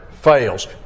fails